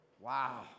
Wow